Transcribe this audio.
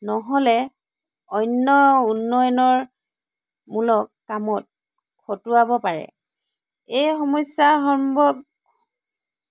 নহ'লে অন্য উন্নয়নমূলক কামত খটুৱাব পাৰে এই সমস্যাসমূহৰ